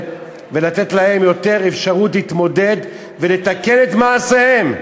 ולתת להם יותר אפשרות להתמודד ולתקן את מעשיהם.